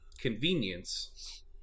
convenience